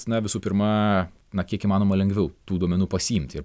na visų pirma na kiek įmanoma lengviau tų duomenų pasiimti ir